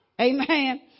Amen